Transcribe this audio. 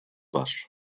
var